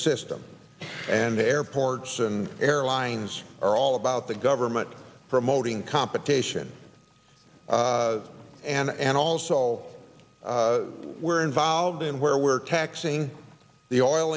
system and the airports and airlines are all about the government promoting competition and also all we're involved in where we're taxing the oil